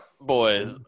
Boys